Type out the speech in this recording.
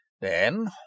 Then